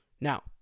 Now